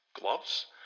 gloves